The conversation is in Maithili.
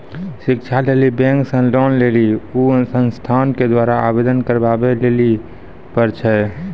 शिक्षा लेली बैंक से लोन लेली उ संस्थान के द्वारा आवेदन करबाबै लेली पर छै?